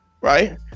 right